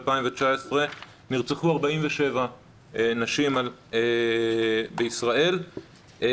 2019 נרצחו 47 נשים בישראל,